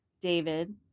David